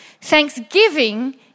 Thanksgiving